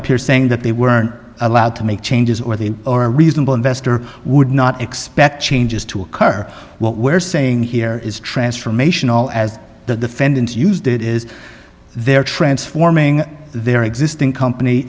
here saying that they weren't allowed to make changes or they are reasonable investor would not expect changes to occur what we're saying here is transformational as the defendants used it is they're transforming their existing company